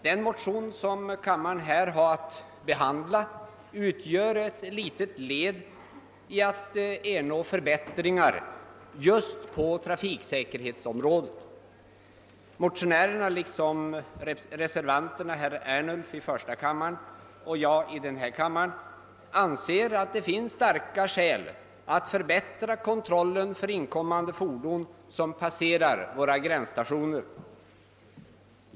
Det motionspar som kammaren nu har att behandla utgör ett litet led i strävandet att ernå förbättringar just i fråga om trafiksäkerheten. Motionärerna anser liksom reservanterna, herr Ernulf i första kammaren och jag i denna kammare, att det finns starka skäl för att förbättra kontrollen av inkommande fordon vid våra gränsstationer.